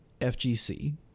FGC